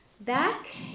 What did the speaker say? Back